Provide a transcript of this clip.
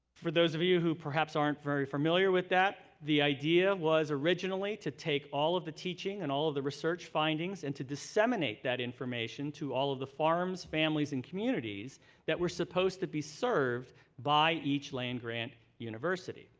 for those of you who perhaps aren't familiar with that, the idea was originally to take all of the teaching and all of the research findings and to disseminate that information to all of the farms, families, and communities that were supposed to be served by each land-grant university.